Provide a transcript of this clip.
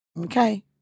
Okay